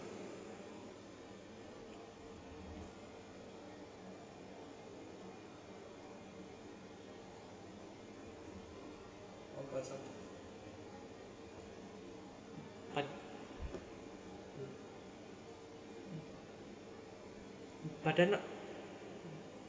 one point something but but then